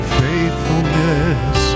faithfulness